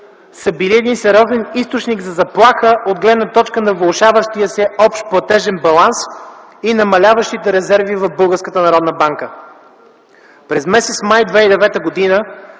са били един сериозен източник за заплаха от гледна точка на влошаващия се общ платежен баланс и намаляващите резерви в Българската народна